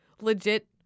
legit